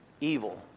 evil